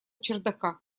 чердака